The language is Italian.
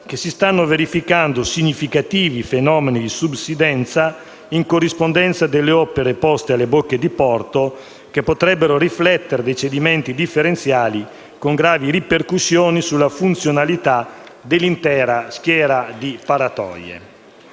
che si stanno verificando significativi fenomeni di subsidenza in corrispondenza delle opere poste alle bocche di porto, che potrebbero riflettere dei cedimenti differenziali con gravi ripercussioni sulla funzionalità dell'intera schiera di paratoie.